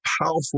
powerful